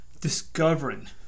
Discovering